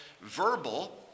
verbal